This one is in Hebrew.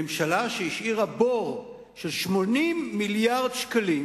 ממשלה שהשאירה בור של 80 מיליארד שקלים